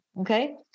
okay